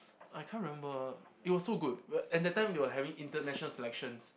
I can't remember it was so good and that time they were having international selections